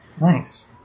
Nice